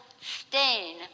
stain